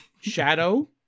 Shadow